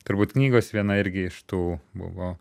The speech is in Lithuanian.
turbūt knygos viena irgi iš tų buvo